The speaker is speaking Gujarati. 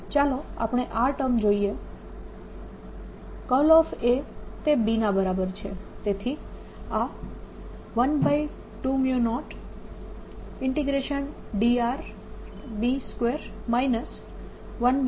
ચાલો આપણે આ ટર્મ જોઈએ A એ B ના બરાબર છે